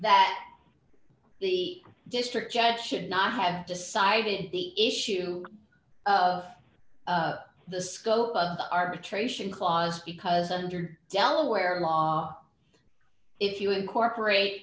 that the district judge should not have decided the issue of the scope of the arbitration clause because under delaware law if you incorporate